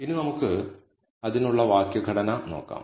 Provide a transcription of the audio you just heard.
ഇനി നമുക്ക് അതിനുള്ള വാക്യഘടന നോക്കാം